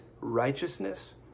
righteousness